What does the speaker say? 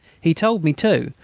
he told me, too,